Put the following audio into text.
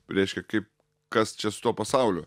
reiškia kaip kas čia su tuo pasauliu